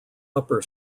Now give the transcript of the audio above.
upper